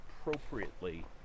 appropriately